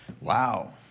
Wow